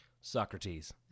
Socrates